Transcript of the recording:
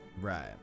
right